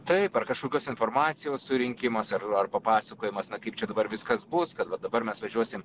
taip ar kažkokios informacijos surinkimas ar ar papasakojimas na kaip čia dabar viskas bus kad va dabar mes važiuosim